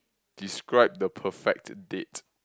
describe the perfect date